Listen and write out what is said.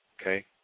okay